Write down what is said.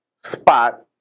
spot